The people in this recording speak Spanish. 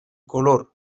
color